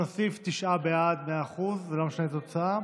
בעד, אין מתנגדים,